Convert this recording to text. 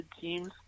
teams